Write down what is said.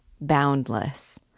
boundless